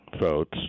votes